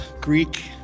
Greek